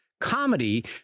comedy